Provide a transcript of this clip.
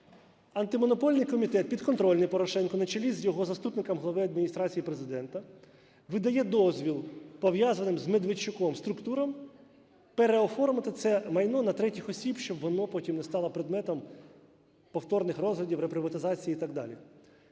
Антимонопольний комітет, підконтрольний Порошенку, на чолі з його заступником Глави Адміністрації Президента видає дозвіл, пов'язаним з Медведчуком структурам, переоформити це майно на третіх осіб, щоб воно потім не стало предметом повторних розглядів, реприватизації і так далі.